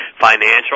financial